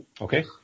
Okay